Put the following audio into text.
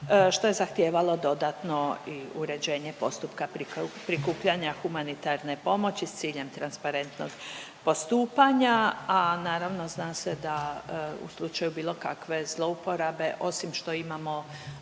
što je zahtijevalo dodatno i uređenje postupka prikupljanja humanitarne pomoći s ciljem transparentnog postupanja, a naravno zna se da u slučaju bilo kakve zlouporabe osim što imamo